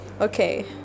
Okay